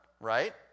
right